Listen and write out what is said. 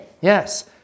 Yes